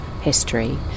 history